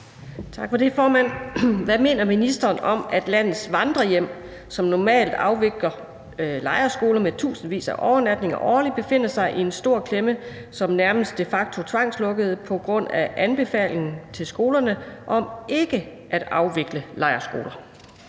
Tak for det, formand. Hvad mener ministeren om, at landets vandrehjem, som normalt afvikler lejrskoler med tusindvis af overnatninger årligt, befinder sig i en stor klemme som nærmest de facto tvangslukkede på grund af anbefalingen til skolerne om ikke at afvikle lejrskoler?